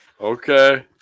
Okay